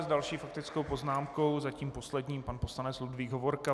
S další faktickou poznámkou, zatím poslední, pan poslanec Ludvík Hovorka.